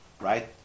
Right